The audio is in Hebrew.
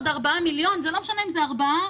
עוד 4 מיליון שקל לא משנה אם זה 4 מיליון,